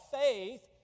faith